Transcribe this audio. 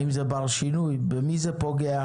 האם זה בר שינוי ובמי זה פוגע?